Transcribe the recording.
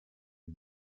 had